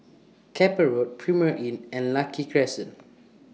Keppel Road Premier Inn and Lucky Crescent